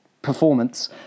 Performance